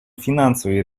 финансовой